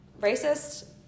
racist